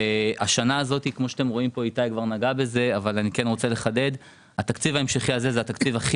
השנה הזאת התקציב ההמשכי היה התקציב הכי